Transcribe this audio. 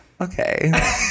Okay